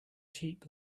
cheap